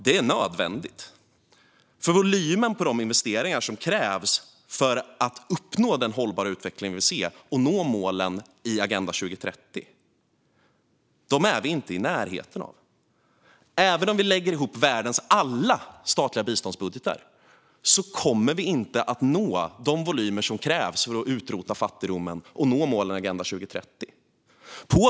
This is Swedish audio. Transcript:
Detta är nödvändigt för att vi inte är i närheten av volymen på de investeringar som krävs för att uppnå den hållbara utveckling som vi vill se och nå målen i Agenda 2030. Även om vi lägger ihop världens alla statliga biståndsbudgetar kommer vi inte att nå de volymer som krävs för att utrota fattigdomen och nå målen i Agenda 2030.